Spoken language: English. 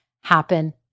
happen